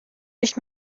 nicht